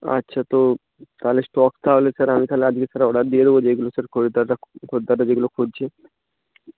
আচ্ছা তো তাহলে স্টক তাহলে স্যার আমি তাহলে আজকে স্যার অর্ডার দিয়ে দেব যেইগুলো স্যার খরিদ্দাররা খরিদ্দাররা যেগুলো খুঁজছে